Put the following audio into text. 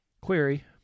Query